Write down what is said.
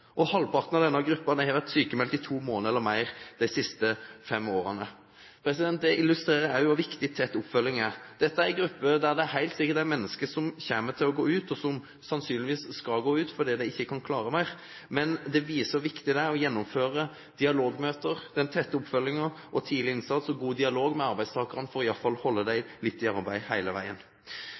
Halvparten av denne gruppen har vært sykmeldt i to måneder eller mer de siste fem årene. Det illustrerer også hvor viktig tett oppfølging er. Dette er en gruppe der det helt sikkert er mennesker som kommer til å gå ut, og som sannsynligvis skal gå ut fordi de ikke klarer mer, men det viser hvor viktig det er å gjennomføre dialogmøter og ha tett oppfølging, tidlig innsats og god dialog med arbeidstakeren for iallfall å holde dem litt i arbeid hele veien.